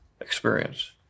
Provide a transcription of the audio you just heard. experience